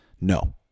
no